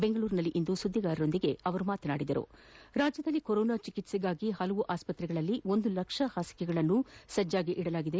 ಬೆಂಗಳೂರಿನಲ್ಲಿಂದು ಸುದ್ದಿಗಾರರೊಂದಿಗೆ ಮಾತನಾಡಿದ ಅವರು ರಾಜ್ಯದಲ್ಲಿ ಕೊರೋನಾ ಚಿಕಿತ್ಸೆಗಾಗಿ ವಿವಿಧ ಆಸ್ಪತ್ರೆಗಳಲ್ಲಿ ಒಂದು ಲಕ್ಷ ಹಾಸಿಗೆಗಳನ್ನು ಸಿದ್ದವಿರಿಸಲಾಗಿದೆ